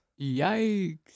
Yikes